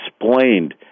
explained